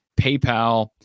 PayPal